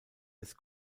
des